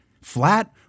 flat